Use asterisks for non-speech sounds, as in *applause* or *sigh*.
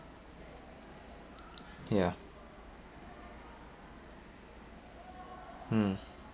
*noise* ya mm